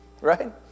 right